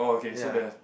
ya